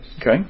Okay